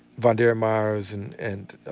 from derek myers and and